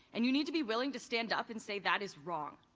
and you need to be willing to stand up and say that is wrong.